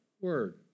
word